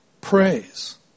praise